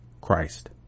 Christ